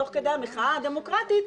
תוך כדי המחאה הדמוקרטית,